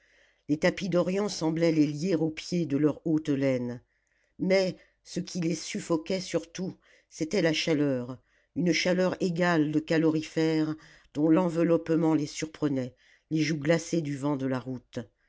les tapis d'orient semblaient les lier aux pieds de leur haute laine mais ce qui les suffoquait surtout c'était la chaleur une chaleur égale de calorifère dont l'enveloppement les surprenait les joues glacées du vent de la route